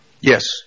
Yes